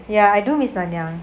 ya I do miss nanyang